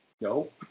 No